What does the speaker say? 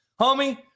Homie